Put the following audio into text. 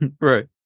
Right